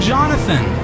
Jonathan